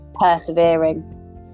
persevering